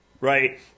right